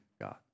God